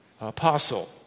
apostle